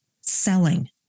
selling